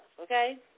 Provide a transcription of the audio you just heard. okay